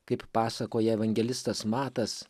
kaip pasakoja evangelistas matas